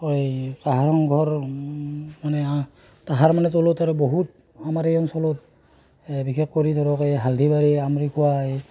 কাঁহৰ সংঘৰ মানে তাহাৰ মানে তলত আৰু বহুত আমাৰ এই অঞ্চলত বিশেষ কৰি ধৰক এই হালধিবাৰী আমৰিখোৱা এই